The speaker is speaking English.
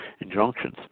injunctions